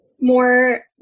more